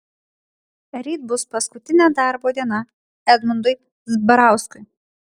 ryt bus paskutinė darbo diena edmundui zbarauskui